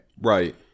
Right